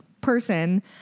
person